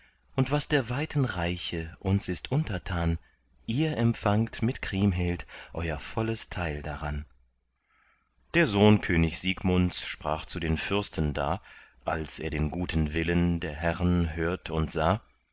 und was der weiten reiche uns ist untertan ihr empfangt mit kriemhild euer volles teil daran der sohn könig siegmunds sprach zu den fürsten da als er den guten willen der herren hört und sah